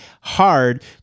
hard